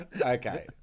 Okay